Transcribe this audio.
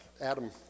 Adam